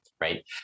right